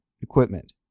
equipment